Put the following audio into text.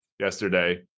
yesterday